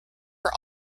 were